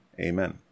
Amen